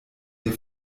ihr